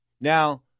Now